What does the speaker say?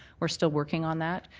we're still working on that.